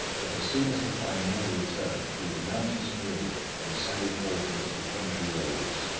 but as soon as the fine weather returned, he would mount his mule and sally forth into the country roads,